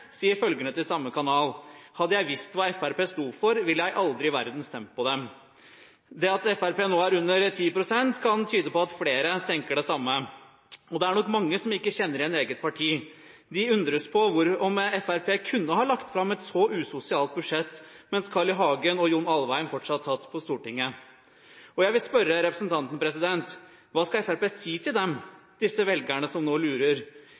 sier følgende: «Hadde jeg visst hva FrP sto for, ville jeg aldri i verden stemt på dem.» Det at Fremskrittspartiet nå er under 10 pst., kan tyde på at flere tenker det samme, og det er nok mange som ikke kjenner igjen eget parti. Vi undres på om Fremskrittspartiet kunne ha lagt fram et så usosialt budsjett mens Carl I. Hagen og John Alvheim fortsatt satt på Stortinget. Jeg vil spørre representanten: Hva skal Fremskrittspartiet si til dem, til disse velgerne som nå lurer